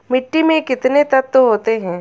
मिट्टी में कितने तत्व होते हैं?